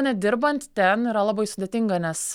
nedirbant ten yra labai sudėtinga nes